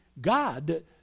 God